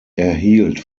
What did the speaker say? erhielt